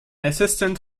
assistant